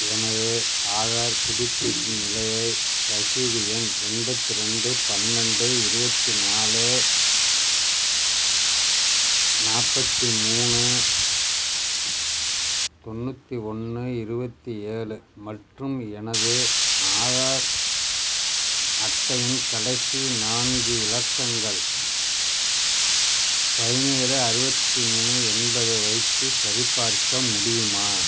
எனது ஆதார் புதுப்பிப்பு நிலையை ரசீது எண் எண்பத்து ரெண்டு பன்னெண்டு இருபத்தி நாலு நாற்பத்தி மூணு தொண்ணூற்றி ஒன்று இருபத்தி ஏழு மற்றும் எனது ஆதார் அட்டையின் கடைசி நான்கு இலக்கங்கள் பதினேழு அறுபத்தி மூணு என்பதை வைத்து சரிபார்க்க முடியுமா